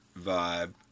vibe